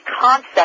concept